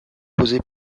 posé